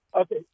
Okay